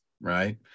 right